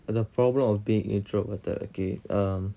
the problem of being introverted okay